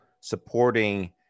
supporting